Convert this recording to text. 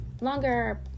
longer